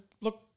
look